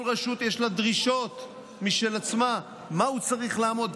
כל רשות יש לה דרישות משל עצמה במה הוא צריך לעמוד,